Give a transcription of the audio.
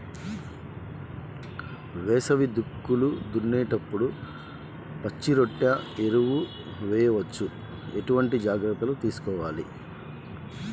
వేసవి దుక్కులు దున్నేప్పుడు పచ్చిరొట్ట ఎరువు వేయవచ్చా? ఎటువంటి జాగ్రత్తలు తీసుకోవాలి?